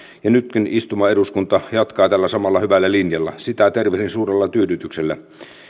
ja nytkin istuva eduskunta jatkaa tällä samalla hyvällä linjalla sitä tervehdin suurella tyydytyksellä